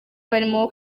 barimo